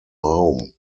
home